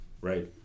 right